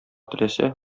теләсә